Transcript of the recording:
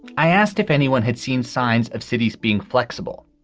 i asked if anyone had seen signs of cities being flexible,